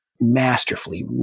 masterfully